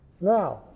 Now